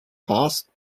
passed